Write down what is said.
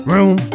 Room